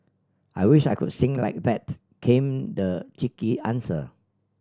I wish I could sing like that came the cheeky answer